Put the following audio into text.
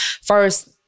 first